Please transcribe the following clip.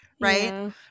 Right